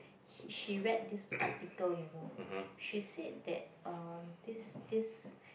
he she read this article you know she said that um this this